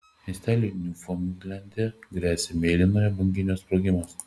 miesteliui niufaundlende gresia mėlynojo banginio sprogimas